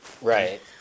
Right